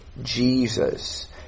Jesus